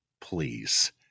please